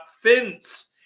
fence